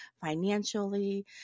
financially